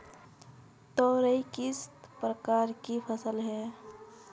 तोरई किस प्रकार की फसल है?